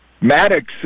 Maddox